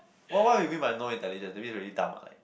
what what you mean by no intelligent that means very dumb ah like